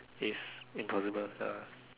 is impossible ya